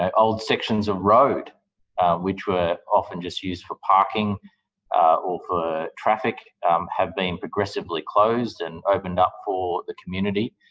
ah old sections of road which were often just used for parking or for traffic have been progressively closed and opened up for the community.